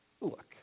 Look